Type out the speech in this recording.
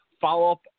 follow-up